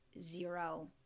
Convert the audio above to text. zero